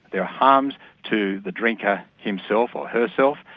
there are harms to the drinker himself or herself,